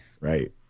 Right